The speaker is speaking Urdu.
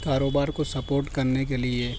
کاروبار کو سپورٹ کرنے کے لیے